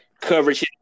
coverage